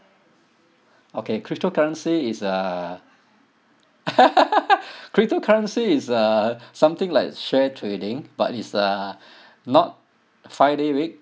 okay cryptocurrency is uh cryptocurrency is uh something like share trading but it's uh not five day week